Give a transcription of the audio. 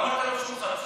לא אמרת לו שהוא חצוף?